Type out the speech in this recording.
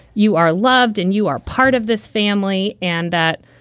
you are loved and you are part of this family and that,